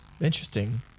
interesting